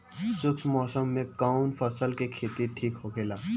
शुष्क मौसम में कउन फसल के खेती ठीक होखेला?